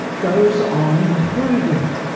goes on improving.